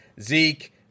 Zeke